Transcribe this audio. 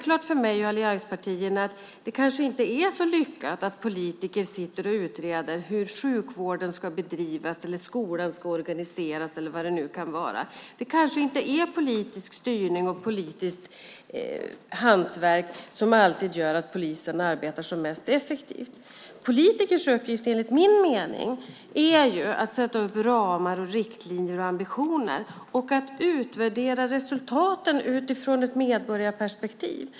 För mig och allianspartierna är det självklart att det inte är så lyckat att politiker utreder hur sjukvården ska bedrivas, skolan ska organiseras eller vad det nu kan vara. Det kanske inte är politisk styrning och politiskt hantverk som gör att polisen arbetar som mest effektivt. Enligt min mening är politikers uppgift att sätta upp ramar, riktlinjer och ambitioner och att utvärdera resultaten utifrån ett medborgarperspektiv.